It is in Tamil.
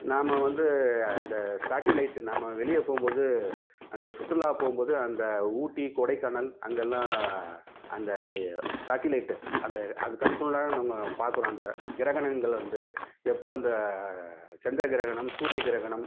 நாம் வந்து அந்த சாட்டிலைட்டு நம்ம வெளியே போகும்போது அந்தச் சுற்றுலா போகும்போது அந்த ஊட்டி கொடைக்கானல் அங்கெல்லாம் அந்த சாட்டிலைட் அதை அது கண்ணுக்கு முன்னால் நம்ம பார்க்கறோம் அந்தக் கிரகணங்களை வந்து எப்போது அந்தச் சந்தரக்கிரகணம் சூரியக்கிரகணம்